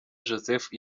joseph